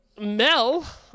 Mel